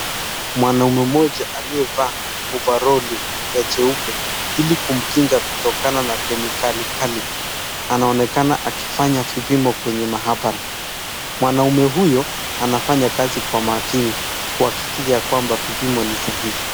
Mwanaume mmoja aliyevaa ovaroli ya jeupe ili kumkinga kutokana na kemikali kali anaonekana akifanya vipimo kwenye maabara. Mwanaume huyo anafanya kazi kwa makini kuhakikisha kwamba vipimo ni sahihi.